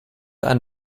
ein